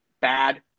bad